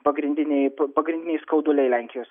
pagrindiniai pagrindiniai skauduliai lenkijos